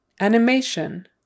animation